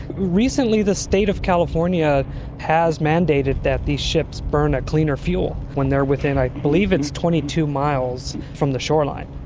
recently the state of california has mandated that these ships burn a cleaner fuel when they're within i believe it's twenty two miles from the shoreline,